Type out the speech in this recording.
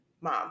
mom